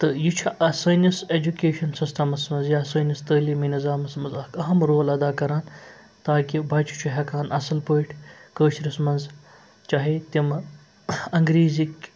تہٕ یہِ چھُ اَ سٲنِس ایجوٗکیشَن سِسٹَمَس منٛز یا سٲنِس تٲلیٖمی نظامَس منٛز اَکھ اَہَم رول اَدا کَران تاکہِ بَچہِ چھُ ہٮ۪کان اَصٕل پٲٹھۍ کٲشرِس منٛز چاہے تِمہٕ انٛگریزٕکۍ